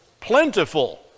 Plentiful